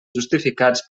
justificats